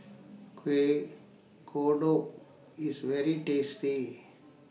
Kuih Kodok IS very tasty